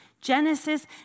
Genesis